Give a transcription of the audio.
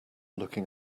looking